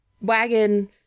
wagon